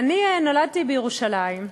אני נולדתי בירושלים.